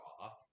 off